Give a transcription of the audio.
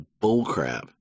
bullcrap